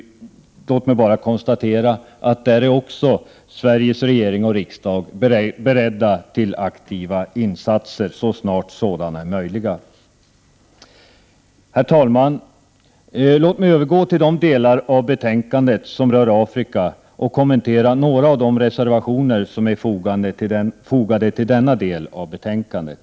Låt mig bara konstatera att där är också Sveriges regering och riksdag beredda till aktiva insatser så snart sådana är möjliga. Herr talman! Låt mig övergå till de delar av betänkandet som rör Afrika och kommentera några av de reservationer som är fogade till denna del av betänkandet.